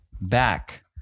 back